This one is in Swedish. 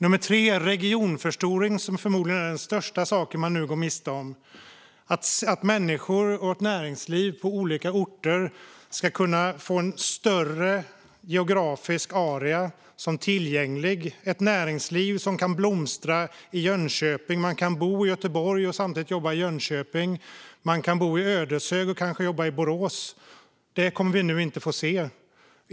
Det tredje är regionförstoringen, förmodligen den största sak vi nu går miste om - att människor och näringsliv på olika orter får en större geografisk area tillgänglig, att näringslivet kan blomstra i Jönköping, att man kan bo i Göteborg och samtidigt jobba i Jönköping eller bo i Ödeshög och kanske jobba i Borås. Detta kommer vi nu inte att få se.